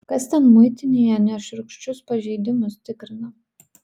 kas ten muitinėje nešiurkščius pažeidimus tikrina